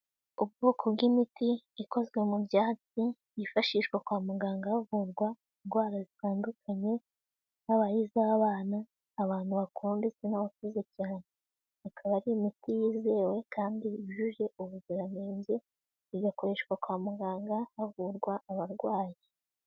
Ubwoko bw'imiti ikozwe mu byatsi, yifashishwa kwa muganga havurwa indwara zitandukanye, yaba ari iz'abana, abantu bakuru ndetse n'abakuze cyane. Akaba ari imiti yizewe kandi yujuje ubuziranenge igakoreshwa kwa muganga havurwa abarwayi.